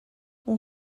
اون